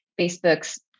Facebook's